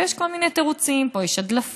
ויש כל מיני תירוצים: פה יש הדלפות